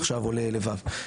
עכשיו עולה ל-ו'.